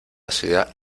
ciudad